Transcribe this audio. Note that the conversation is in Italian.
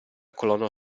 colonna